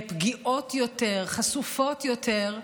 פגיעות יותר, חשופות יותר,